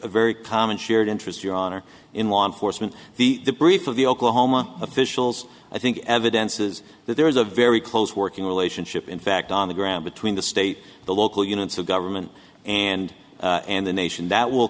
a very common shared interest your honor in law enforcement the brief of the oklahoma officials i think evidence is that there is a very close working relationship in fact on the ground between the state the local units of government and and the nation that will